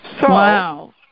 Wow